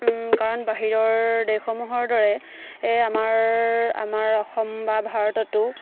কাৰণ বাহিৰৰ দেশসমূহৰ দৰে এই আমাৰ অসম বা ভাৰততো